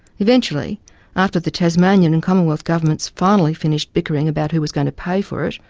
eventually after the tasmanian and commonwealth governments finally finished bickering about who was going to pay for it,